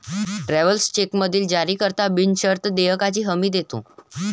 travellers चेकमधील जारीकर्ता बिनशर्त देयकाची हमी देतो